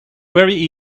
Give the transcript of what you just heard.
very